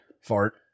Fart